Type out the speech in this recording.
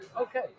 Okay